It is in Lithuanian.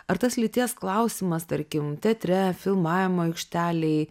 ar tas lyties klausimas tarkim teatre filmavimo aikštelėj